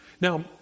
Now